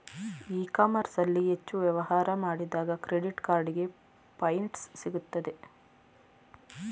E commerce ಅಲ್ಲಿ ಹೆಚ್ಚು ವ್ಯವಹಾರ ಮಾಡಿದಾಗ ಕ್ರೆಡಿಟ್ ಕಾರ್ಡಿಗೆ ಪಾಯಿಂಟ್ಸ್ ಸಿಗುತ್ತದೆ